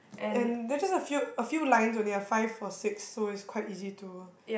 and there's just a few a few lines only ah five or six so it's quite easy to